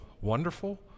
wonderful